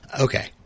Okay